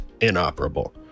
inoperable